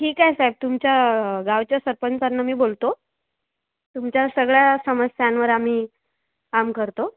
ठीक आहे साहेब तुमच्या गावच्या सरपंचांना मी बोलतो तुमच्या सगळ्या समस्यांवर आम्ही काम करतो